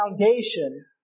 foundation